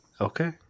Okay